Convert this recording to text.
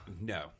No